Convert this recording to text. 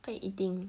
what you eating